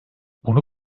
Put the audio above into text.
bunu